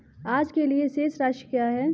आज के लिए शेष राशि क्या है?